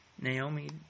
Naomi